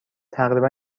تقریبا